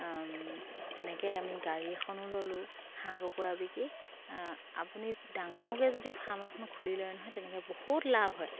তেনেকে আমি গাড়ী এখনো ল'লোঁ হাঁহ কুকুৰা বিকি আপুনি ডাঙৰকে যদি ফাৰ্ম এখন খুলি লয় নহয় তেনেকে বহুত লাভ হয়